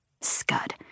scud